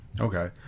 Okay